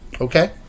okay